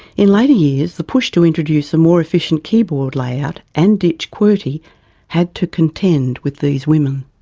in later years, the push to introduce a more efficient keyboard layout and ditch qwerty had to contend with these women.